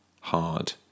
hard